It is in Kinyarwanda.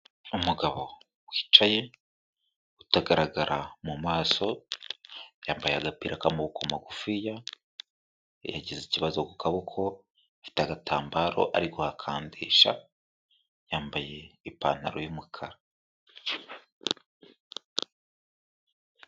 Umugabo wicaye, utagaragara mu maso, yambaye agapira k'amaboko magufiya, yagize ikibazo ku kaboko, afite agatambaro ari kuhakandisha, yambaye ipantaro y'umukara.